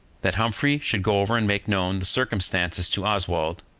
that humphrey should go over and make known the circumstances to oswald,